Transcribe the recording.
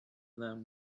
them